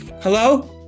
Hello